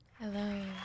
hello